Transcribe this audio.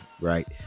right